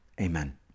Amen